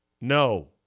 No